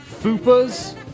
fupas